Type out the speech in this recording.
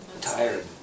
Tired